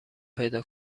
پیدا